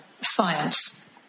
science